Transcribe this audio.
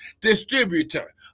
distributor